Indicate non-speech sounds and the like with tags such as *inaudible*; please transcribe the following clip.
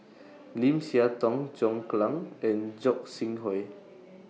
Lim Siah Tong John Clang and Gog Sing Hooi *noise*